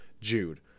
Jude